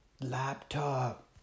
laptop